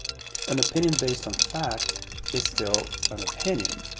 an opinion based on fact is still an opinion.